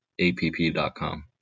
app.com